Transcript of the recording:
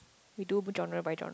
we do genre by genre